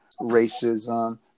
racism